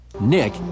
Nick